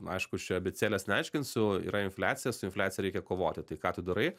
aišku aš čia abėcėlės neaiškinsiu yra infliacija su infliacija reikia kovoti tai ką tu darai